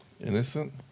Innocent